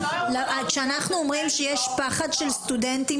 כשאנחנו אומרים שיש פחד של סטודנטים